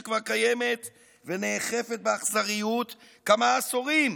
שכבר קיימת ונאכפת באכזריות כמה עשורים.